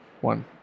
One